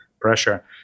pressure